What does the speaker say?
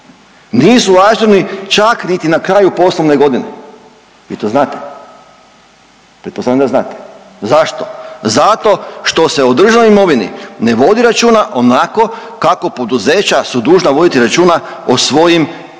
nisu ažurni čak niti na kraju poslovne godine? Vi to znate. Pretpostavljam da znate. Zašto? Zato što se o državnoj imovini ne vodi računa onako kako poduzeća su dužna voditi računa o svojim, o